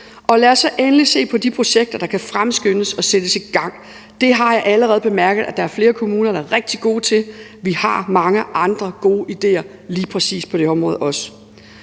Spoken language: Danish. lad os så endelig se på de projekter, der kan fremskyndes og sættes i gang. Det har jeg allerede bemærket at der er flere kommuner der er rigtig gode til. Vi har også mange andre gode ideer lige præcis på det her område.